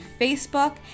facebook